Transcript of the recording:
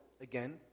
Again